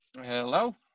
Hello